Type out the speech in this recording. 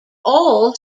all